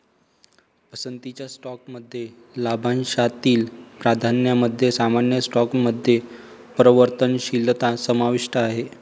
पसंतीच्या स्टॉकमध्ये लाभांशातील प्राधान्यामध्ये सामान्य स्टॉकमध्ये परिवर्तनशीलता समाविष्ट आहे